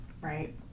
right